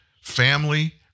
family